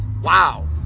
wow